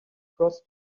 cross